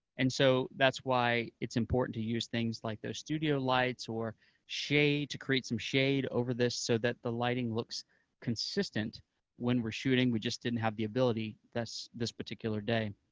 and so that's why it's important to use things like those studio lights or shade to create some shade over this, so that the lighting looks consistent when we're shooting. we just didn't have the ability this particular day.